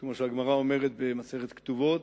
וכמו שהגמרא אומרת במסכת כתובות: